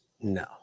No